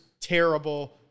terrible